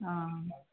অঁ